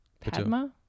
Padma